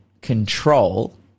control